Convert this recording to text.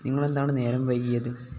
നിങ്ങളെന്താണ് നേരം വൈകിയത്